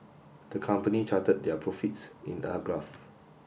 the company charted their profits in a graph